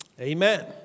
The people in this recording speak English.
Amen